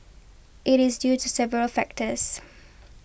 it is due to several factors